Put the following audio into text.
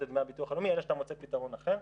את דמי הביטוח הלאומי עד שאתה מוצא פתרון אחר,